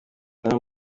mvana